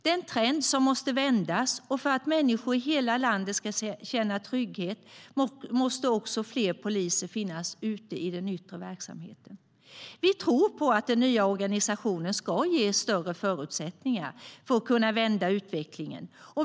Det är en trend som måste vändas, och för att människor i hela landet ska känna trygghet måste också fler poliser finnas ute i den yttre verksamheten. Vi tror på att den nya organisationen ska ge större förutsättningar att vända utvecklingen.